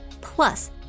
Plus